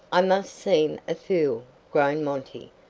i must seem a fool, groaned monty,